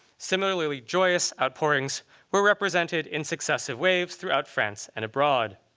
similarly joyous outpourings were represented in successive waves throughout france and abroad.